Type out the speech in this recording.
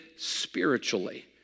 spiritually